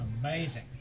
amazing